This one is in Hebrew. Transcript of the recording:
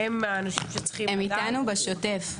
אנחנו בקשר בשוטף.